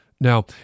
Now